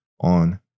on